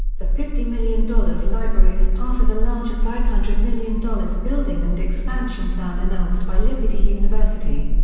the fifty million dollars library is part of a larger five hundred million dollars building and expansion plan announced by liberty university.